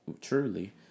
truly